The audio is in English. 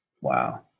Wow